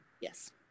yes